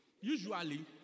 usually